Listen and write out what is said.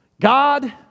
God